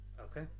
Okay